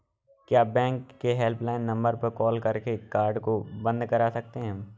क्या बैंक के helpline number पर कॉल करके कार्ड को बंद करा सकते हैं?